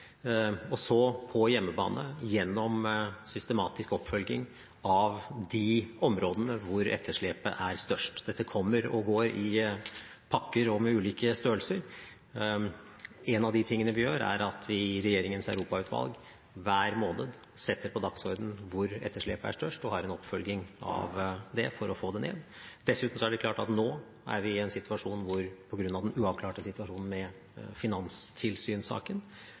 og så på hjemmebane gjennom systematisk oppfølging av de områdene hvor etterslepet er størst. Dette kommer og går i pakker og med ulike størrelser. En av de tingene vi gjør, er at vi i regjeringens europautvalg hver måned setter på dagsordenen hvor etterslepet er størst, og har en oppfølging av det for å få det ned. Dessuten er det klart at vi nå er i en situasjon hvor vi, på grunn av den uavklarte situasjonen med finanstilsynssaken,